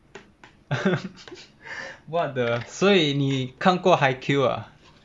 what the 所以你看过 haikyu ah